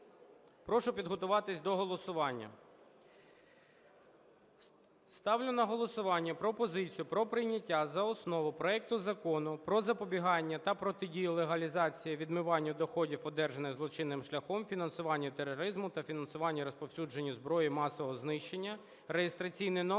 Прошу підготуватись до голосування. Ставлю на голосування пропозицію про прийняття за основу проекту Закону про запобігання та протидію легалізації (відмиванню) доходів, одержаних злочинним шляхом, фінансуванню тероризму та фінансуванню розповсюдження зброї масового знищення (реєстраційний номер